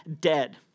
dead